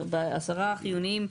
בעשרה חיוניים,